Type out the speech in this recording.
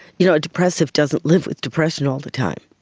you know, a depressive doesn't live with depression all the time.